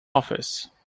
office